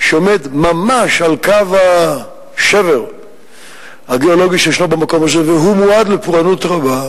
שעומד ממש על קו השבר הגיאולוגי שישנו במקום הזה מועד לפורענות רבה,